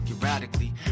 erratically